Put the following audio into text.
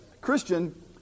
Christian